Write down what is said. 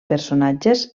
personatges